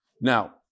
Now